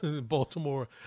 Baltimore